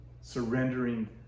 Surrendering